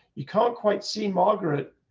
you can't quite see margaret,